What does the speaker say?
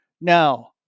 Now